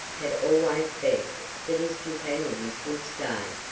had always begged that his companions would stay,